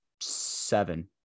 seven